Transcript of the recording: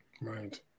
right